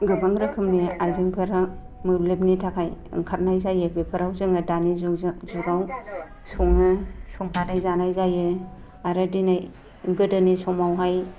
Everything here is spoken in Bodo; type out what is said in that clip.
गोबां रोखोमनि आइजेंफोरा मोब्लिबनि थाखाय ओंखारनाय जायो बेफोराव जोङो दानि जुगाव सङो संनानै जानाय जायो आरो दिनै गोदोनि समावहाय